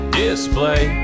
display